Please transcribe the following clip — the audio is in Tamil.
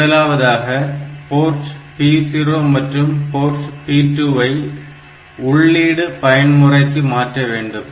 முதலாவதாக போர்ட் P0 மற்றும் போர்ட் P2 ஐ உள்ளீடு பயன்முறைக்கு மாற்ற வேண்டும்